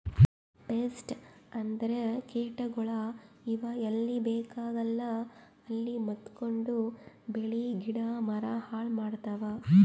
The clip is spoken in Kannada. ಪೆಸ್ಟ್ ಅಂದ್ರ ಕೀಟಗೋಳ್, ಇವ್ ಎಲ್ಲಿ ಬೇಕಾಗಲ್ಲ ಅಲ್ಲೇ ಮೆತ್ಕೊಂಡು ಬೆಳಿ ಗಿಡ ಮರ ಹಾಳ್ ಮಾಡ್ತಾವ್